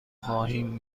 خواهیم